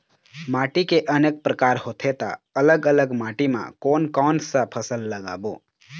माटी के अनेक प्रकार होथे ता अलग अलग माटी मा कोन कौन सा फसल लगाबो?